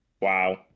Wow